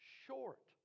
short